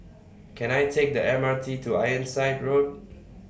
Can I Take The M R T to Ironside Road